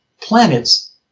planets